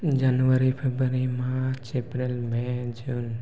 January February March April may June